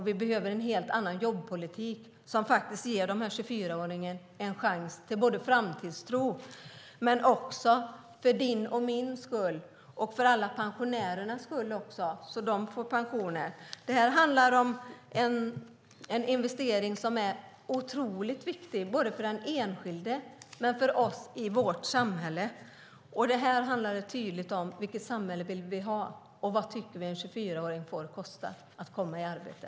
Vi behöver en helt annan jobbpolitik, en jobbpolitik som ger 24-åringen framtidstro. Det behövs också för din och min skull, och för alla pensionärers skull, så att de får pension. Det handlar om en investering som är otroligt viktig både för den enskilde och för oss alla i samhället. Här blir det tydligt vilket samhälle vi vill ha och vad vi tycker att en 24-åring får kosta för att komma i arbete.